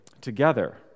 together